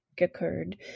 occurred